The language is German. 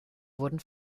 wurden